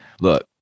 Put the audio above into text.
look